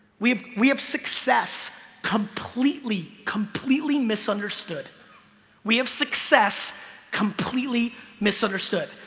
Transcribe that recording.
we we have success completely completely misunderstood we have success completely misunderstood.